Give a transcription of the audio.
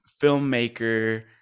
filmmaker